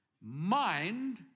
mind